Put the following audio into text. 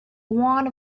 one